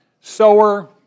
sower